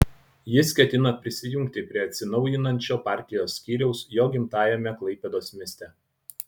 jis ketina prisijungti prie atsinaujinančio partijos skyriaus jo gimtajame klaipėdos mieste